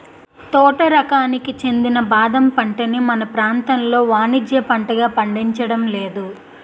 తోట రకానికి చెందిన బాదం పంటని మన ప్రాంతంలో వానిజ్య పంటగా పండించడం లేదు